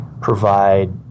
provide